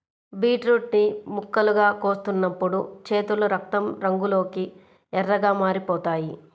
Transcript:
beetroot ని ముక్కలుగా కోస్తున్నప్పుడు చేతులు రక్తం రంగులోకి ఎర్రగా మారిపోతాయి